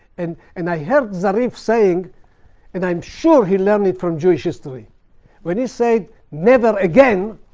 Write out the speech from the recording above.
and and i heard zarif saying and i am sure he learned it from jewish history when he said, never again,